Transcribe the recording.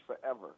forever